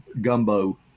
gumbo